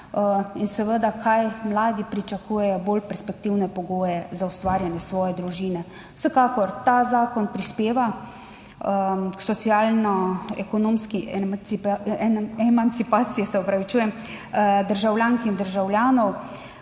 In seveda, kaj mladi pričakujejo? Bolj perspektivne pogoje za ustvarjanje svoje družine. Vsekakor ta zakon prispeva k socialno ekonomski emancipaciji, se opravičujem, državljank in državljanov.